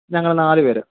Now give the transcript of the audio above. ഞങ്ങൾ നാല് പേർ